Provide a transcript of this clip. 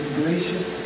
gracious